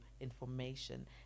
information